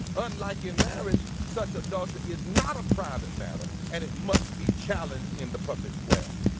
unlike in marriage such adultery is not a private matter and it must be challenged in the public square.